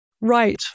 Right